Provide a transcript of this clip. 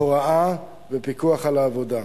הוראה ופיקוח על העבודה.